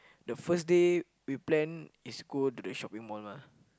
the first day we plan is go to the shopping mall mah